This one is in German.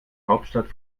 hauptstadt